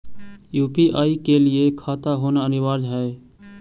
UPI के लिए खाता होना अनिवार्य है?